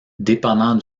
dépendant